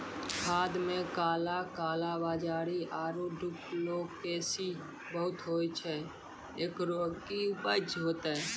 खाद मे काला कालाबाजारी आरु डुप्लीकेसी बहुत होय छैय, एकरो की उपाय होते?